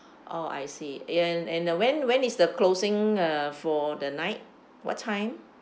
oh I see and and when when is the closing uh for the night what time